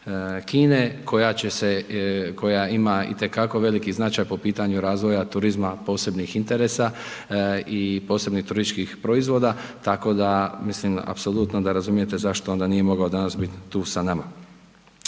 Kine koja ima itekako veliki značaj po pitanju razvoja turizma posebnih interesa i posebnih turističkih proizvoda, tako da mislim apsolutno da razumijete zašto onda nije mogao danas bit tu sa nama.